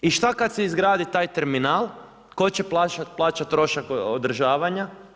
I šta kada se izgradi taj terminal, tko će plaćati trošak održavanja?